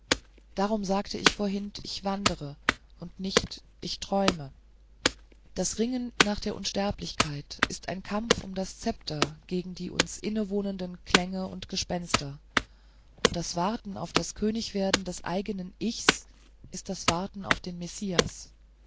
darum sagte ich vorhin ich wandere und nicht ich träume das ringen nach der unsterblichkeit ist ein kampf um das zepter gegen die uns innewohnenden klänge und gespenster und das warten auf das königwerden des eigenen ichs ist das warten auf den messias